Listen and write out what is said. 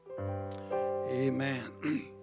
Amen